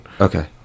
Okay